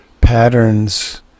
patterns